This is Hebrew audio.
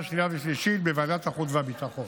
שנייה ושלישית בוועדת החוץ והביטחון.